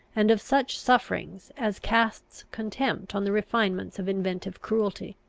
and of such suffering as casts contempt on the refinements of inventive cruelty.